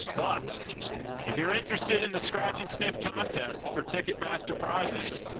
but if you're interested in the scratch and sniff contest for ticketmaster prices,